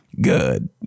good